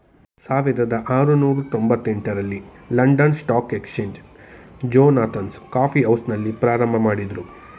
ಸಾವಿರದ ಆರುನೂರು ತೊಂಬತ್ತ ಎಂಟ ರಲ್ಲಿ London stock exchange Jonathan's coffee ಹೌಸ್ನಲ್ಲಿ ಪ್ರಾರಂಭಮಾಡಿದ್ರು